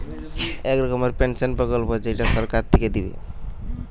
এক রকমের পেনসন প্রকল্প যেইটা সরকার থিকে দিবে